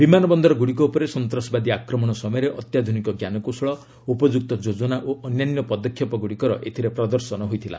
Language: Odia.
ବିମାନବନ୍ଦର ଗୁଡ଼ିକ ଉପରେ ସନ୍ତାସବାଦୀ ଆକ୍ରମଣ ସମୟରେ ଅତ୍ୟାଧୁନିକ ଜ୍ଞାନକୌଶଳ ଉପଯୁକ୍ତ ଯୋଜନା ଓ ଅନ୍ୟାନ୍ୟ ପଦକ୍ଷେପ ଗ୍ରଡ଼ିକର ଏଥିରେ ପ୍ରଦର୍ଶନ ହୋଇଥିଲା